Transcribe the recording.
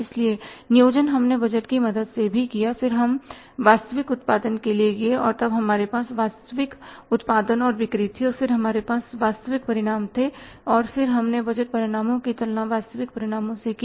इसलिए नियोजन हमने बजट की मदद से भी किया फिर हम वास्तविक उत्पादन के लिए गए और तब हमारे पास वास्तविक उत्पादन और बिक्री थी और फिर हमारे पास वास्तविक परिणाम थे और फिर हमने बजट परिणामों की तुलना वास्तविक परिणामों से की